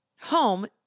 home